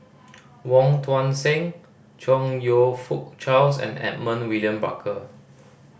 Wong Tuang Seng Chong You Fook Charles and Edmund William Barker